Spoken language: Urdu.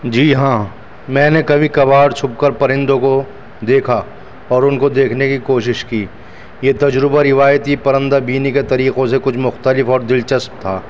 جی ہاں میں نے کبھی کبھار چھپ کر پرندوں کو دیکھا اور ان کو دیکھنے کی کوشش کی یہ تجربہ روایتی پرندہ بینی کے طریقوں سے کچھ مختلف اور دلچسپ تھا